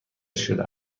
شده